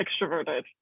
extroverted